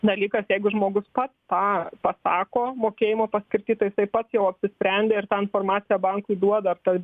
dalykas jeigu žmogus pats tą pasako mokėjimo paskirty tai jisai pats jau apsisprendė ir tą informaciją bankui duoda tai